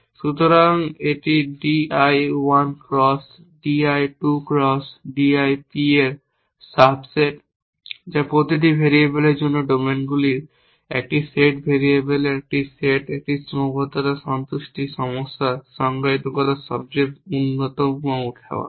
সুতরাং এটি d i 1 cross d i 2 cross d i p এর একটি সাব সেট যা প্রতিটি ভেরিয়েবলের জন্য ডোমেনগুলির একটি সেট ভেরিয়েবলের একটি সেট একটি সীমাবদ্ধতা সন্তুষ্টি সমস্যা সংজ্ঞায়িত করার সবচেয়ে উত্পন্ন উপায়